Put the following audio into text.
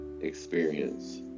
experience